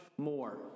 more